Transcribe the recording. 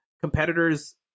competitors